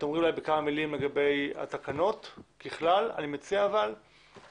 תאמרי כמה מילים על התקנות אבל אני מציע שתעשי